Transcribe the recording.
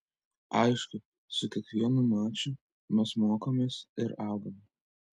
aišku su kiekvienu maču mes mokomės ir augame